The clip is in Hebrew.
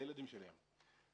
לילדים שלהם.